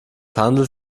handelt